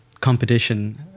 competition